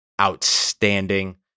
outstanding